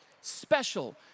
special